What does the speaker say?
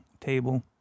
table